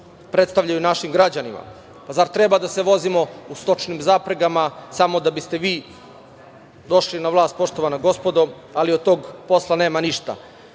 predstavljaju našim građanima. Zar treba da se vozimo u stočnim zapregama samo da biste vi došli na vlast, poštovana gospodo? Od tog posla nema ništa.